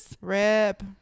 Rip